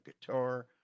guitar